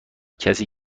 کسی